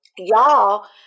Y'all